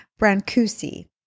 Brancusi